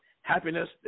happiness